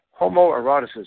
homoeroticism